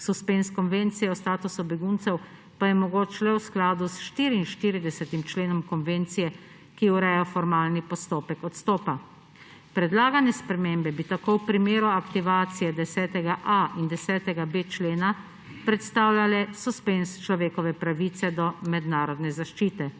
Suspenz Konvencije o statusu beguncev pa je mogoč le v skladu s 44. členom konvencije, ki ureja formalen postopek odstopa. Predlagane spremembe bi tako v primeru aktivacije 10.a in 10.b člena predstavljale suspenz človekove pravice do mednarodne zaščite.